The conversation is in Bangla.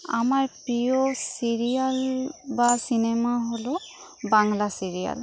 আমার প্রিয় সিরিয়াল বা সিনেমা হল বাংলা সিরিয়াল